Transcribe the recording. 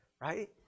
right